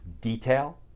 detail